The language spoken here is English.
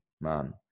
man